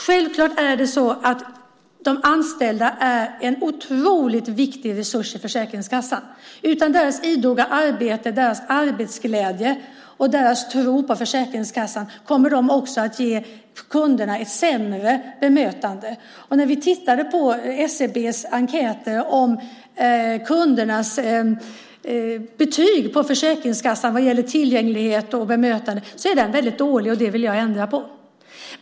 Självklart är det så att de anställda är en otroligt viktig resurs för Försäkringskassan. Utan deras idoga arbete, deras arbetsglädje och deras tro på Försäkringskassan kommer de också att ge kunderna ett sämre bemötande. När vi tittade på SCB:s enkäter om kundernas betyg på Försäkringskassan vad gäller tillgänglighet och bemötande såg vi att resultatet var väldigt dåligt, och det vill jag ändra på.